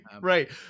right